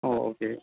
ஓ okay